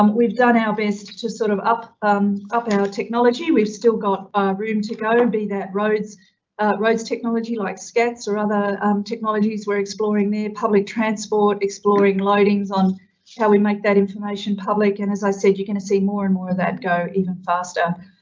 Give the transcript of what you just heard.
um we've done our best to sort of up um up our technology. we've still got ah room to go and be that roads roads technology like scats or other technologies. we're exploring their public transport, exploring loadings on how we make that information public. and as i said, you're going to see more and more that go even faster.